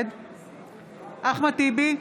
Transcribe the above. נגד אחמד טיבי,